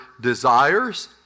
desires